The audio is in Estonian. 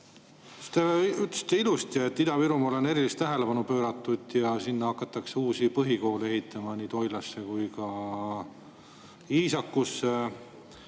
ütlesite ilusti, et Ida-Virumaale on erilist tähelepanu pööratud ja sinna hakatakse uusi põhikoole ehitama, nii Toilasse kui ka Iisakusse.